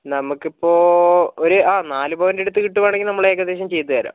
നമുക്ക് ഇപ്പോൾ ഒരു ആ നാല് പോയിൻറ്റ് അടുത്ത് കിട്ടുവാണെങ്കിൽ നമ്മൾ ഏകദേശം ചെയ്ത് തരാം